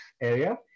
area